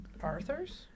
Arthurs